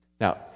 Now